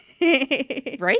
Right